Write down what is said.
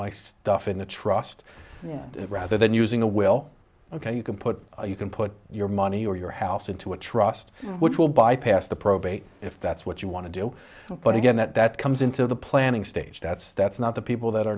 my stuff in a trust fund rather than using a well ok you can put you can put your money or your house into a trust which will bypass the probate if that's what you want to do but again that comes into the planning stage that's that's not the people that are